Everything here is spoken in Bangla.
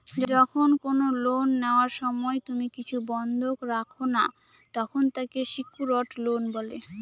যখন কোনো লোন নেওয়ার সময় তুমি কিছু বন্ধক রাখো না, তখন তাকে সেক্যুরড লোন বলে